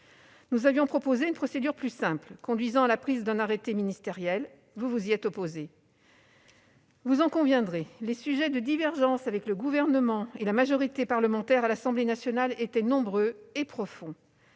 Nous avions proposé une procédure plus simple, conduisant à la prise d'un arrêté ministériel. Le Gouvernement s'y est opposé. Chers collègues, vous en conviendrez, les sujets de divergence avec le Gouvernement et la majorité parlementaire à l'Assemblée nationale étaient nombreux et profonds.